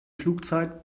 flugzeit